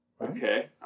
Okay